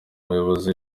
umuyobozi